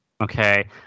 Okay